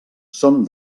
són